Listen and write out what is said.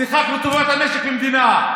שיחקנו לטובת המשק והמדינה,